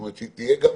כלומר שהיא תהיה גם